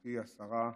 גברתי השרה,